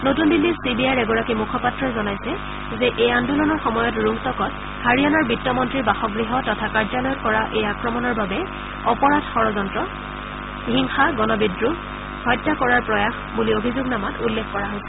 নতন দিল্লীত C B আইৰ এগৰাকী মুখপাত্ৰই জনাইছে যে এই আন্দোলনৰ সময়ত ৰোহটাকত হাৰিয়ানা বিত্তমন্ত্ৰীৰ বাসগ্হ তথা কাৰ্যালয়ত কৰা এই আক্ৰণৰ বাবে অপৰাধ ষড়যন্ত্ৰ হিংসা গণবিদ্ৰোহ হত্যা কৰাৰ প্ৰয়াস বুলি অভিযোগনামাত উল্লেখ কৰা হৈছে